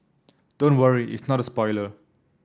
don't worry it's not a spoiler